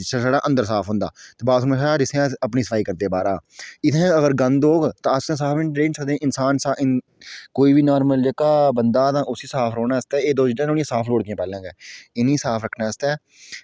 जिस कन्नै साढ़ा अंदर साफ होंदा ते बाथरूम अस अपनी साफ सफाई रक्खदे बाह्रा ते इत्थें अगर गंद रौह्ग ते अस इत्थें रेही निं सकदे कोई बी नॉर्मल जेह्का बंदा उस्सी साफ रौह्ने आस्तै एह् चीज़ां साफ लोड़दियां पैह्लें गै इनेंगी साफ रक्खने आस्तै